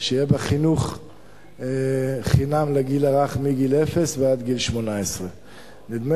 שיהיה בה חינוך חינם מגיל אפס ועד גיל 18. נדמה